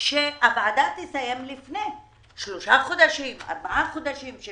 כשהוועדה תסיים שלושה-ארבעה חודשים לפני.